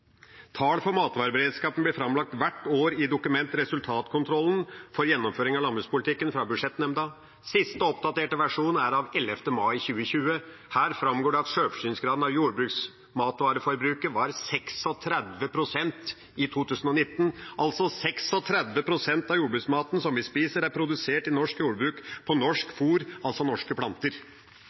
Tall for matvareberedskapen blir framlagt hvert år i dokumentet Resultatkontroll for gjennomføringen av landbrukspolitikken, fra budsjettnemnda. Siste oppdaterte versjon er av 11. mai 2020. Her framgår det at sjølforsyningsgraden av jordbruksmatvareforbruket var 36 pst. i 2019 – 36 pst. av jordbruksmaten vi spiser, er produsert i norsk jordbruk på norsk fôr, altså norske planter.